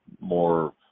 more